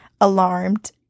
alarmed